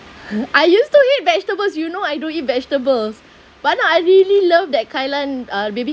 I used to hate vegetables you know I don't eat vegetables but now I really love that kailan uh maybe